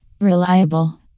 Reliable